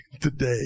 Today